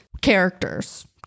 characters